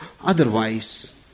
Otherwise